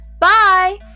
bye